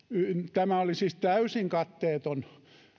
tämä oli siis täysin katteeton